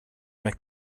med